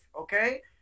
okay